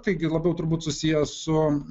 taigi labiau turbūt susiję su